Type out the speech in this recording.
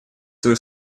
свою